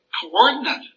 coordinate